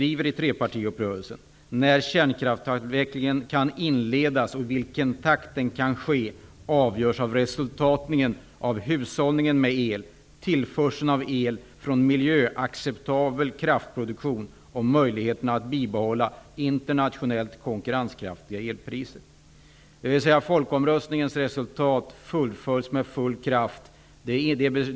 I trepartiuppgörelsen skrevs: ''När kärnkraftsavvecklingen kan inledas och i vilken takt den kan ske avgörs av resultaten av hushållningen med el, tillförseln av el från miljöacceptabel kraftproduktion och möjligheterna att bibehålla internationellt konkurrenskraftiga elpriser''.